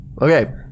Okay